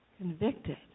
convicted